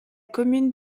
commune